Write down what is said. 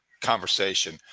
conversation